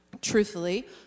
truthfully